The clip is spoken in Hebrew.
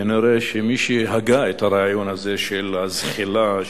כנראה שמי שהגה את הרעיון הזה של הזחילה,